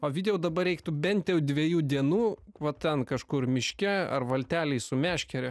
ovidijau dabar reiktų bent jau dviejų dienų va ten kažkur miške ar valtelėj su meškere